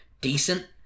decent